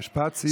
משפט סיום.